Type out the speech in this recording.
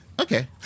Okay